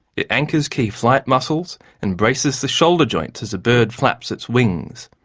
it anchors key flight muscles and braces the shoulder joint as a bird flaps its wings.